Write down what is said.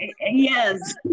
yes